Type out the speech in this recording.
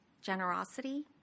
generosity